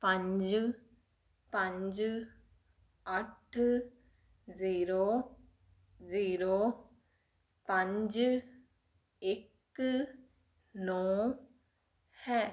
ਪੰਜ ਪੰਜ ਅੱਠ ਜ਼ੀਰੋ ਜ਼ੀਰੋ ਪੰਜ ਇੱਕ ਨੌਂ ਹੈ